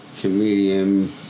comedian